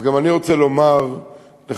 אז גם אני רוצה לומר לחברי,